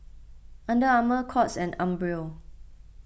Under Armour Courts and Umbro